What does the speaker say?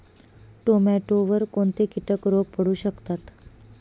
टोमॅटोवर कोणते किटक रोग पडू शकतात?